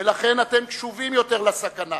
ולכן אתם קשובים יותר לסכנה.